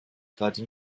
gerade